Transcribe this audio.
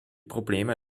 probleme